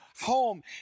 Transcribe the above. home